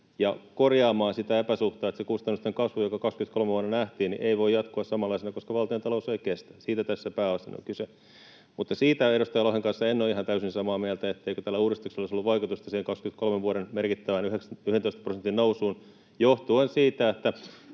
ja korjaamaan sitä epäsuhtaa, että se kustannusten kasvu, joka vuonna 23 nähtiin, ei voi jatkua samanlaisena, koska valtiontalous ei kestä. Siitä tässä pääosin on kyse. Mutta siitä edustaja Lohen kanssa en ole ihan täysin samaa mieltä, etteikö tällä uudistuksella olisi ollut vaikutusta siihen vuoden 23 merkittävään 11 prosentin nousuun johtuen siitä,